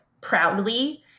proudly